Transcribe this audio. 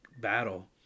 battle